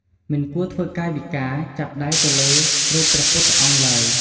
មិនគួរធ្វើកាយវិការ ចាប់ដៃទៅលើរូបព្រះពុទ្ធអង្គឡើយ។